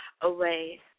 away